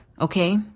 Okay